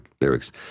lyrics